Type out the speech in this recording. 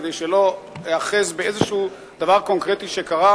כדי שלא איאחז באיזה דבר קונקרטי שקרה